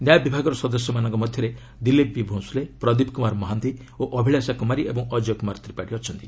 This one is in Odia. ନ୍ୟାୟ ବିଭାଗର ସଦସ୍ୟଙ୍କ ମଧ୍ୟରେ ଦିଲ୍ଲୀପ ବି ଭୋସ୍ଲେ ପ୍ରଦୀପ କୁମାର ମହାନ୍ତି ଓ ଅଭିଳାଷା କୁମାରୀ ଏବଂ ଅଜୟ କୁମାର ତ୍ରିପାଠୀ ଅଛନ୍ତି